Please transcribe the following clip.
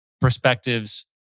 perspectives